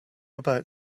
about